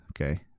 okay